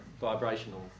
vibrational